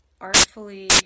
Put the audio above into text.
artfully